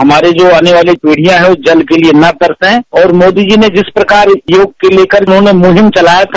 हमारी जो आने वाली पीढ़िया हैं वह जल के लिए न तरसें और मोदी जी ने जिस प्रकार योग को लेकर उन्होंने मुहिम चलाया था